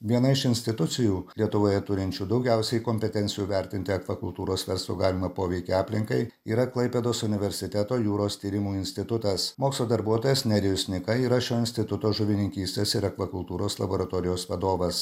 viena iš institucijų lietuvoje turinčių daugiausiai kompetencijų vertinti akvakultūros verslo galimą poveikį aplinkai yra klaipėdos universiteto jūros tyrimų institutas mokslo darbuotojas nerijus nyka yra šio instituto žuvininkystės ir akvakultūros laboratorijos vadovas